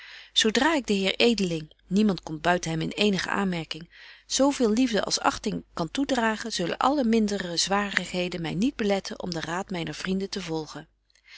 zo dra ik den heer edeling niemand komt buiten hem in eenige aanmerking zo veel liefde als achting kan toedragen zullen alle mindere zwarigheden my niet beletten om den raad myner vrienden te volgen